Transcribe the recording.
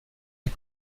est